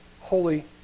holy